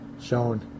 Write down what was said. shown